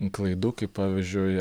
klaidų kaip pavyzdžiui